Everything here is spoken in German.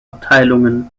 abteilungen